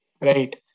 Right